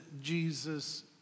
Jesus